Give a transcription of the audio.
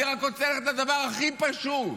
אני רק רוצה את הדבר הכי פשוט.